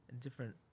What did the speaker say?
different